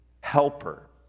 helper